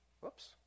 whoops